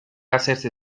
hacerse